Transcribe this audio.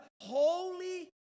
holy